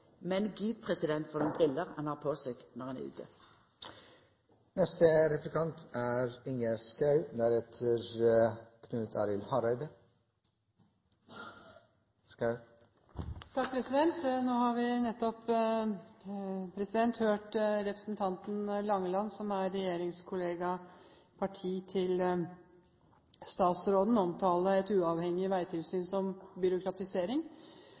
men gid for nokre briller han har på seg når han er ute! Nå har vi nettopp hørt representanten Langeland, som er regjeringspartikollega av statsråden, omtale et uavhengig veitilsyn som byråkratisering.